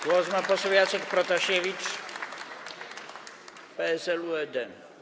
Głos ma poseł Jacek Protasiewicz, PSL-UED.